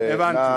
הבנתי.